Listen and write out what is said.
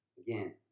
again